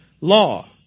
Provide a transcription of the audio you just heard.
law